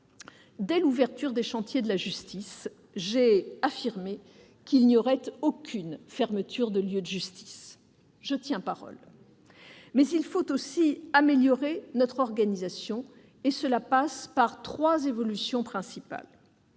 Dès l'ouverture des chantiers de la justice, j'ai affirmé qu'il n'y aurait aucune fermeture de lieux de justice. Je tiens parole. Mais il faut aussi améliorer notre organisation. Cela passe par trois évolutions principales.